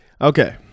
Okay